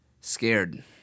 Scared